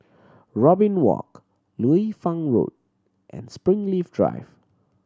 Robin Walk Liu Fang Road and Springleaf Drive